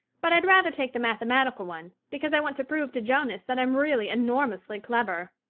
but i'd rather take the mathematical one because i want to prove to jonas that i'm really enormously clever.